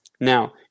Now